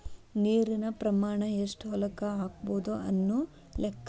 ನೇರಿನ ಪ್ರಮಾಣಾ ಎಷ್ಟ ಹೊಲಕ್ಕ ಆಗಬಹುದು ಅನ್ನು ಲೆಕ್ಕಾ